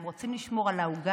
הם רוצים לשמור על העוגה,